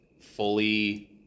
fully